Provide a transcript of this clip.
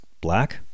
black